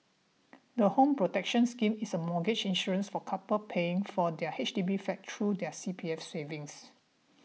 the Home Protection Scheme is a mortgage insurance for couples paying for their H D B flat through their C P F savings